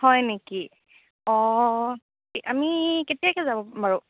হয় নেকি অ' আমি কেতিয়াকৈ যাব পাৰো